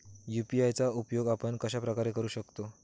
UPI चा उपयोग आपण कशाप्रकारे करु शकतो?